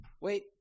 wait